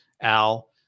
Al